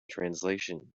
translation